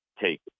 take